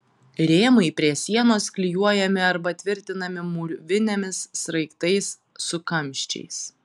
rėmai prie sienos klijuojami arba tvirtinami mūrvinėmis sraigtais su kamščiais